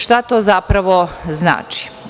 Šta to zapravo znači?